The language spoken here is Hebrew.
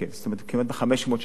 זאת אומרת, כמעט ב-500 שקל.